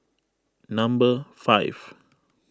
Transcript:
number five